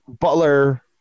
Butler –